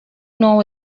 know